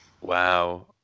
wow